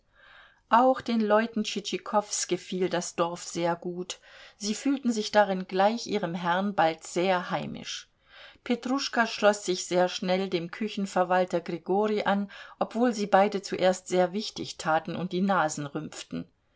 auch den leuten tschitschikows gefiel das dorf sehr gut sie fühlten sich darin gleich ihrem herrn bald sehr heimisch petruschka schloß sich sehr schnell dem küchenverwalter grigorij an obwohl sie beide zuerst sehr wichtig taten und die nasen rümpften